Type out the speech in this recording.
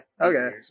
okay